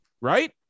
Right